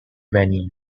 rennie